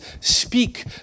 speak